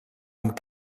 amb